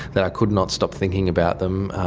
that i could not stop thinking about them,